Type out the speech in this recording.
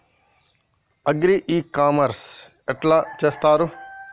Agri e commerce ఎట్ల చేస్తరు?